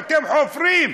ואתם חופרים,